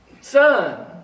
son